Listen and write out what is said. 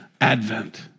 Advent